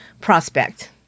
prospect